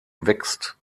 wächst